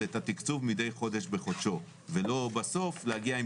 ואת התקצוב מדי חודש בחודשו ולא בסוף להגיע עם